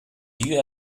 you